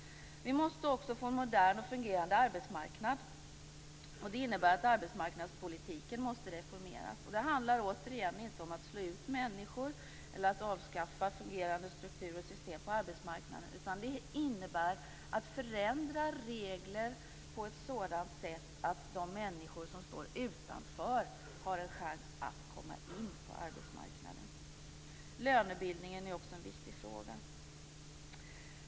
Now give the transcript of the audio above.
Vi måste också få en modern och fungerande arbetsmarknad. Det innebär att arbetsmarknadspolitiken måste reformeras. Det handlar återigen inte om att slå ut människor eller om att avskaffa fungerande strukturer och system på arbetsmarknaden. Det innebär i stället att förändra regler på ett sådant sätt att människor som står utanför har en chans att komma in på arbetsmarknaden. Lönebildningen är också en viktig fråga.